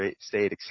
state